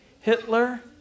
Hitler